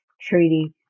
treaty